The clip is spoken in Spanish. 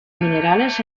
minerales